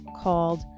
called